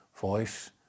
voice